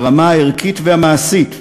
ברמה הערכית והמעשית,